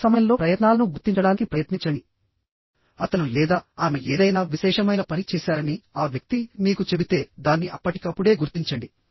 అదే సమయంలో ప్రయత్నాలను గుర్తించడానికి ప్రయత్నించండి అతను లేదా ఆమె ఏదైనా విశేషమైన పని చేశారని ఆ వ్యక్తి మీకు చెబితే దాన్ని అప్పటికప్పుడే గుర్తించండి